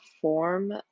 form